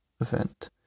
event